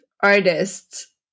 artists